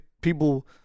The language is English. people